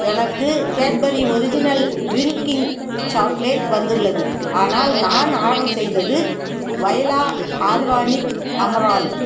எனக்கு Cadbury original drinking chocolate வந்துள்ளது ஆனால் நான் ஆர்டர் செய்தது வயலா ஆர்கானிக் அமராந்த்